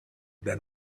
that